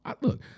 Look